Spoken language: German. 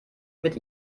mit